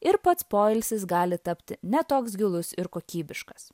ir pats poilsis gali tapti ne toks gilus ir kokybiškas